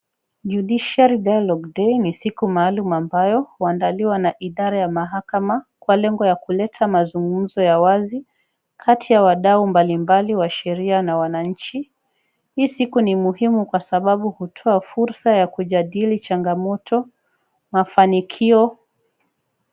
Judiciary dialogue day ni siku maalum ambayo huandaliwa na idara ya mahakama kwa lengo la kuleta mazungumzo ya wazi kati ya wadau mbalimbali wa wanasheria wa wananchi. Hii siku ni muhimu kwa sababu hutoa fursa ya kujadili changamoto, mafanikio.